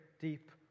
deep